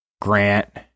Grant